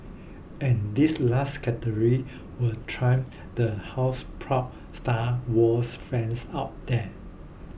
and this last category will thrill the houseproud Star Wars fans out there